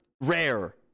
rare